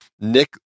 Nick